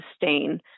sustain